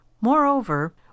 Moreover